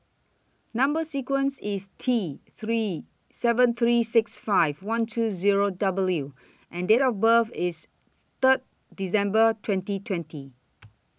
Number sequence IS T three seven three six five one two Zero W and Date of birth IS Third December twenty twenty